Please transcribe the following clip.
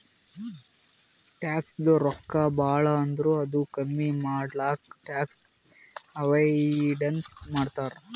ಟ್ಯಾಕ್ಸದು ರೊಕ್ಕಾ ಭಾಳ ಆದುರ್ ಅದು ಕಮ್ಮಿ ಮಾಡ್ಲಕ್ ಟ್ಯಾಕ್ಸ್ ಅವೈಡನ್ಸ್ ಮಾಡ್ತಾರ್